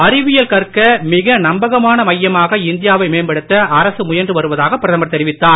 அறிவியல் கற்க மிக நம்பகமான மையமாக இந்தியாவை மேம்படுத்த அரசு முயன்று வருவதாக பிரதமர் தெரிவித்தார்